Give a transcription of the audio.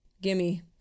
Gimme